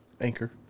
Anchor